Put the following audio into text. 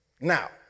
Now